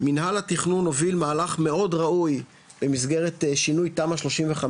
מנהל התכנון הוביל מהלך מאוד ראוי במסגרת שינוי תמ"א 35,